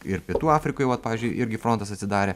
ir pietų afrikoj vat pavyzdžiui irgi frontas atsidarė